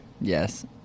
Yes